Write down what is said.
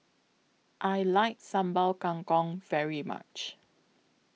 I like Sambal Kangkong very much